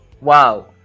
Wow